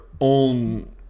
own